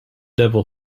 devil